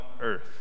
earth